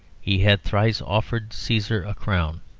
he had thrice offered caesar a crown.